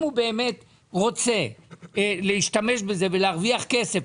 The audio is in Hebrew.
אם הוא באמת רוצה להשתמש בזה ולהרוויח כסף,